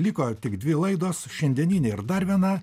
liko tik dvi laidos šiandieninė ir dar viena